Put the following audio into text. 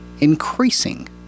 increasing